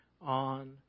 on